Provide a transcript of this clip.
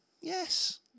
Yes